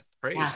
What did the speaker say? Praise